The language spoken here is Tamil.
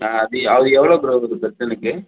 ஆ அது அது எவ்வ ளோ ப்ரோ ஒரு பர்சனுக்கு